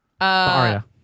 Aria